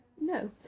No